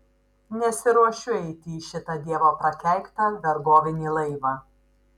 nesiruošiu eiti į šitą dievo prakeiktą vergovinį laivą